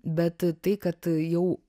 bet tai kad jau